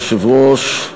אדוני היושב-ראש,